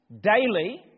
daily